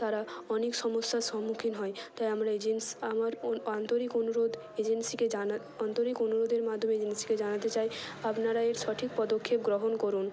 তারা অনেক সমস্যার সম্মুখীন হয় তাই আমরা এজেন্স আমার আন্তরিক অনুরোধ এজেন্সিকে জানা আন্তরিক অনুরোধের মাধ্যমে এজেন্সিকে জানাতে চাই আপনারা এর সঠিক পদক্ষেপ গ্রহণ করুন